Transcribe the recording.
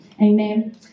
Amen